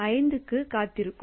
க்கு காத்திருக்கும்